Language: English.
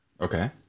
Okay